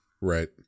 right